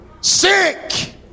Sick